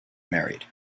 married